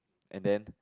and then